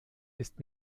ist